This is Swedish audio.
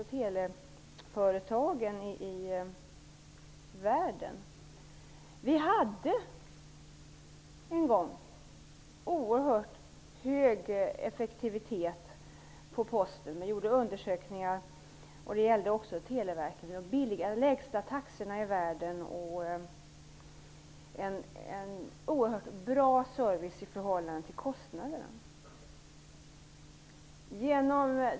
Vi hade en gång enligt gjorda undersökningar en oerhört hög effektivitet inom Posten och även inom Televerket. Vi hade de lägsta taxorna i världen och en oerhört bra service i förhållande till kostnaden.